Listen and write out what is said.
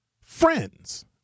friends